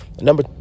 Number